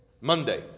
Monday